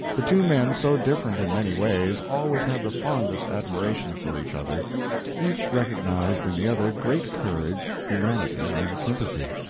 the two men, so different in many ways, always had the fondest admiration for each other each recognized in the other great courage, humanity, and sympathy.